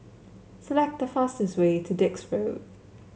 select the fastest way to Dix Road